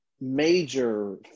major